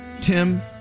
Tim